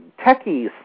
techies